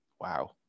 Wow